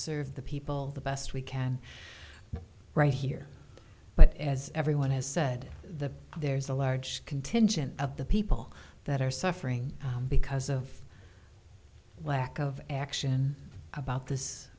serve the people the best we can right here but as everyone has said the there's a large contingent of the people that are suffering because of lack of action about this